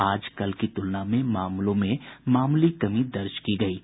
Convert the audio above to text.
आज कल की तुलना में मामलों में मामूली कमी दर्ज की गई है